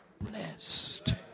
blessed